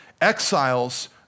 Exiles